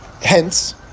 hence